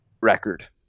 record